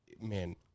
man